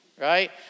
right